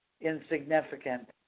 insignificant